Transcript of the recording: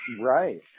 Right